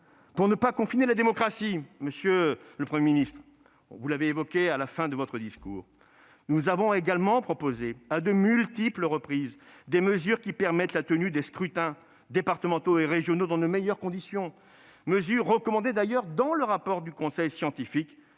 Pour ne pas confiner la démocratie, monsieur le Premier ministre- vous avez évoqué ce sujet à la fin de votre discours -, nous avons également proposé, à de multiples reprises, des mesures qui permettent la tenue des scrutins départementaux et régionaux dans les meilleures conditions, mesures d'ailleurs recommandées dans le rapport du conseil scientifique.